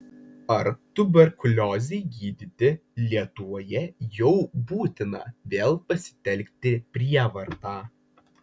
ar tuberkuliozei gydyti lietuvoje jau būtina vėl pasitelkti prievartą